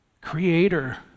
creator